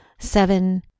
Seven